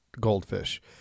goldfish